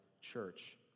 church